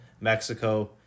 Mexico